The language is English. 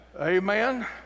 Amen